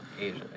Asia